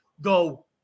go